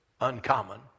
uncommon